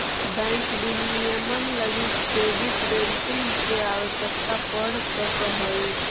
bank विनियमन लगी credit rating के आवश्यकता पड़ सकऽ हइ